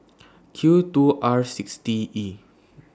Q two R six T E